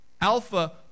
Alpha